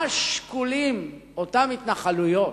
מה השיקולים, אותן התנחלויות,